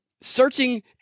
searching